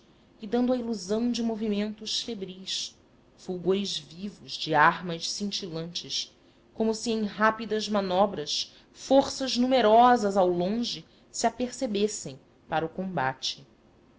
e dando a ilusão de movimentos febris fulgores vivos de armas cintilantes como se em rápidas manobras forças numerosas ao longe se apercebessem para o combate